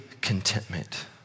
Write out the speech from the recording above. contentment